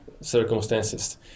circumstances